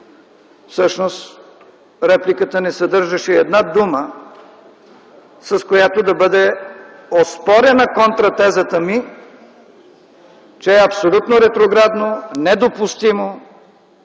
всъщност репликата не съдържаше и една дума, с която да бъде оспорена контратезата ми, че е абсолютно ретроградно, недопустимо